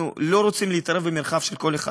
אנחנו לא רוצים להתערב במרחב של כל אחד,